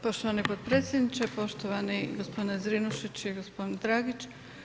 Poštovani potpredsjedniče, poštovani gospodine Zrinušić i gospodin Dragić.